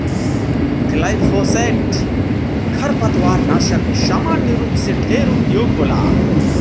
glyphosate खरपतवारनाशक सामान्य रूप से ढेर उपयोग होला